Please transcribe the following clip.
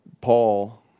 Paul